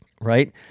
right